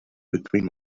between